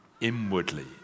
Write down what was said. inwardly